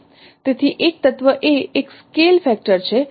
તેથી એક તત્વ એ એક સ્કેલ ફેક્ટર છે